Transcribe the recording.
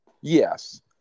Yes